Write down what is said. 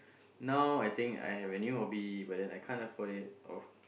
now I think I have a new hobby but I then I can't afford it of